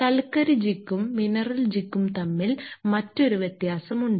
കൽക്കരി ജിഗും മിനറൽ ജിഗും തമ്മിൽ മറ്റൊരു വ്യത്യാസമുണ്ട്